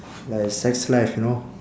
like sex life you know